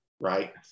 right